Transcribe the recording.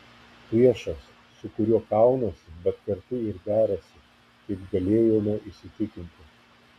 priešas su kuriuo kaunasi bet kartu ir derasi kaip galėjome įsitikinti